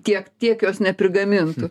tiek tiek jos neprigamintų